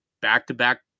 back-to-back